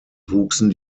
wuchsen